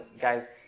guys